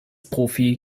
profi